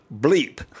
bleep